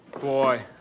Boy